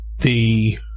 the-